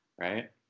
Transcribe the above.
right